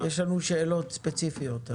יש לנו שאלות ספציפיות.